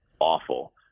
awful